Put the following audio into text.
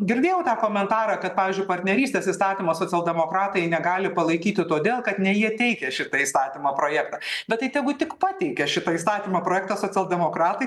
girdėjau tą komentarą kad pavyzdžiui partnerystės įstatymo socialdemokratai negali palaikyti todėl kad ne jie teikia šitą įstatymo projektą bet tai tegu tik pateikia šitą įstatymo projektą socialdemokratai